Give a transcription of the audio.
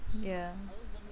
ya